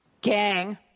gang